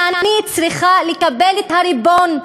כי אני צריכה לקבל את הריבון,